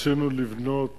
ניסינו לבנות